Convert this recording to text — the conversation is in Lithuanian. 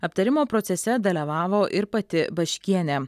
aptarimo procese dalevavo ir pati baškienė